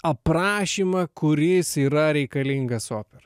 aprašymą kuris yra reikalingas operoj